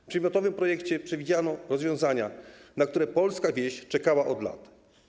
W przedmiotowym projekcie przewidziano rozwiązania, na które polska wieś czekała od lat.